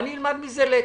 ואני אלמד מזה לקח,